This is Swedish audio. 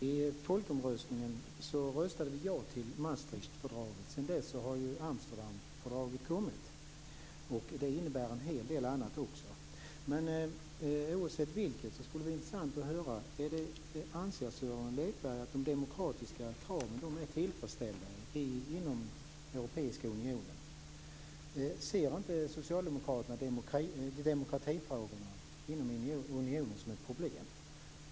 Fru talman! Svenska folket röstade i folkomröstningen ja till Maastrichtfördraget. Sedan dess har Amsterdamfördraget kommit. Det innebär en hel del annat också. Oavsett vilket skulle det vara intressant att höra om Sören Lekberg anser att de demokratiska kraven är tillfredsställda inom Europeiska unionen. Ser inte Socialdemokraterna demokratifrågorna inom unionen som ett problem?